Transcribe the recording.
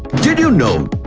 did you know?